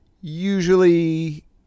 usually